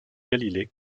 galilée